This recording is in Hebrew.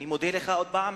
אני מודה לך עוד פעם,